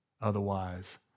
Otherwise